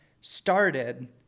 started